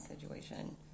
situation